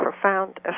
profound